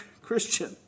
Christian